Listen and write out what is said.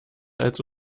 als